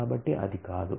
కాబట్టి అది కాదు